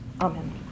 Amen